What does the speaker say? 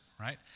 right